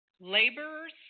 Laborers